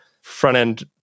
front-end